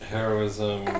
Heroism